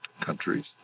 countries